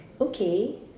okay